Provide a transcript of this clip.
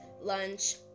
lunch